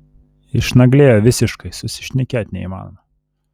išnaglėjo visiškai susišnekėt neįmanoma